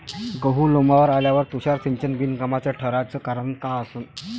गहू लोम्बावर आल्यावर तुषार सिंचन बिनकामाचं ठराचं कारन का असन?